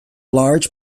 large